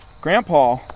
Grandpa